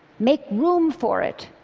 make room for it.